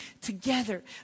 together